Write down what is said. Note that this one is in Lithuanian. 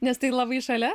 nes tai labai šalia